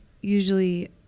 usually